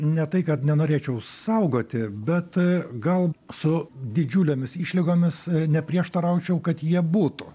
ne tai kad nenorėčiau saugoti bet gal su didžiulėmis išlygomis neprieštaraučiau kad jie būtų